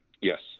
Yes